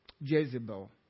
Jezebel